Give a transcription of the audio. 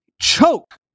choke